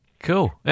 Cool